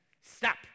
Stop